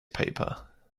paper